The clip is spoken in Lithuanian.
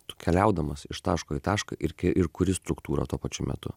tu keliaudamas iš taško į tašką ir ir kuri struktūrą tuo pačiu metu